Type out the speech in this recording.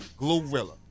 Glorilla